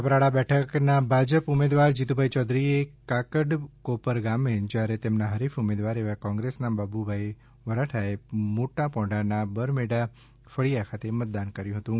કપરાડા બેઠકના ભાજપ ઉમેદવાર જીતુભાઈ ચૌધરીએ કાકડકીપર ગામે જ્યારે તેમના હરીફ ઉમેદવાર એવા કોંગ્રેસના બાબુભાઇ વરઠાએ મોટા પોંઢાના બરમેડા ફળિયા ખાતે મતદાન કર્યું હતું